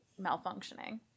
malfunctioning